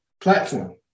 platform